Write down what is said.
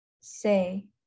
say